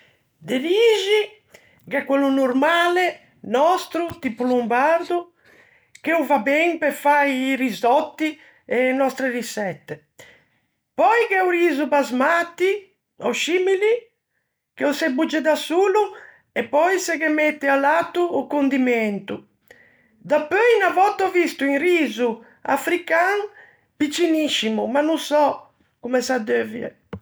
De rixi gh'é quello normale, nòstro, tipo lombardo, che o va ben pe fâ i risòtti e e nòstre riçette; pöi gh'é o riso basmati, ò scimili, che o se bogge da solo e pöi se ghe mette à lato o condimento; dapeu unna vòtta ò visto un riso african picciniscimo, ma no sò comme s'addeuvie.